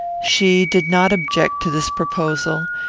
she did not object to this proposal,